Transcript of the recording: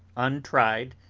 untried,